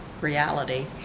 reality